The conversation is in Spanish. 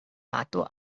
pato